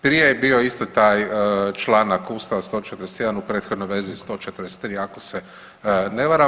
Prije je bio isto taj članak ustava 141. u prethodnoj vezi 143. ako se ne varam.